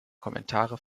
kommentare